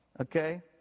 Okay